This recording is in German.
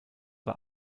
war